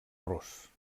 ros